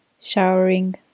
showering